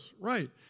right